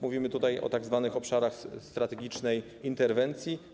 Mówimy tutaj o tzw. obszarach strategicznej interwencji.